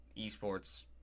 esports